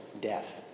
death